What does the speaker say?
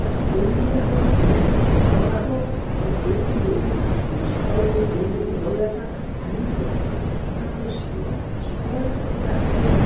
କାରଣ କୋଇଲିର ଯେଉଁ କୁହୁ କୁହୁ ସ୍ୱର ନାଦ ଏବଂ କୋଇଲି ଯେଉଁ ସକାଳୁ ଯେଉଁ କୋଇଲି ବୋବେଇବାଟା ଭାରି ଭଲଲାଗେ ତାପରେ ଶୁଆ ଶୁଆ ଯେତେବେଳେ ଆସେ